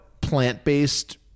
plant-based